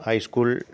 high school